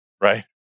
Right